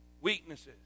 Weaknesses